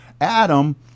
Adam